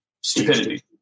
stupidity